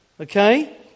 Okay